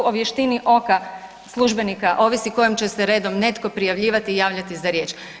Tu o vještini oka službenika ovisi kojim će se redom netko prijavljivati, javljati za riječ.